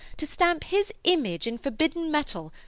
to stamp his image in forbidden metal,